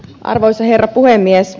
arvoisa herra puhemies